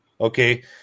okay